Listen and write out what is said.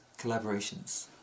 collaborations